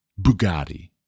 Bugatti